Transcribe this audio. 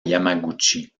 yamaguchi